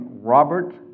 Robert